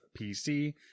PC